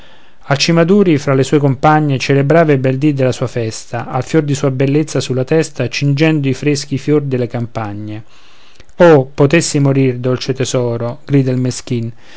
pietosa mano alcimaduri fra le sue compagne celebrava il bel dì della sua festa al fior di sua bellezza sulla testa cingendo i freschi fior delle campagne oh potessi morir dolce tesoro grida il meschin